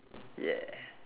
yeah